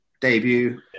debut